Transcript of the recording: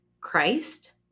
Christ